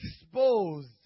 exposed